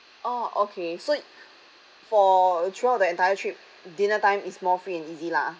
orh okay so for throughout the entire trip dinner time is more free and easy lah